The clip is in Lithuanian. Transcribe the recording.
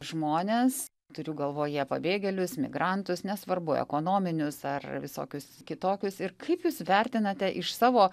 žmones turiu galvoje pabėgėlius migrantus nesvarbu ekonominius ar visokius kitokius ir kaip jūs vertinate iš savo